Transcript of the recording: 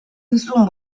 dizun